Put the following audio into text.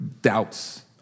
doubts